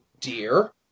Dear